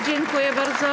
Dziękuję bardzo.